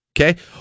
Okay